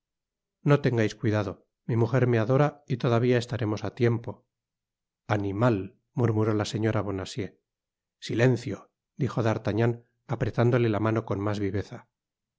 no tengais cuidado mi muger me adora y todavia estaremos á tiempo animal murmuró la señora bonacieux silencio dijo d'artagnan apretándole la mano con mas viveza